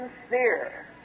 sincere